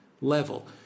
level